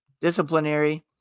disciplinary